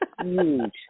huge